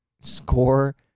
score